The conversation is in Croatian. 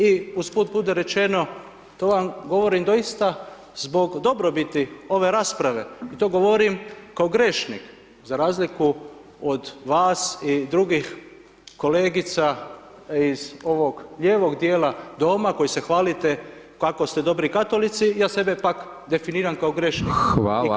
I usput budi rečeno, to vam govorim doista zbog dobrobiti ove rasprave, i to govorim kao grešnik, za razliku od vas i drugim kolegica iz ovog lijevog dijela Doma, koji se hvalite kako ste dobri Katolici, ja sebe pak definiram kao grešnika.